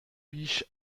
بیش